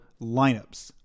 LINEUPS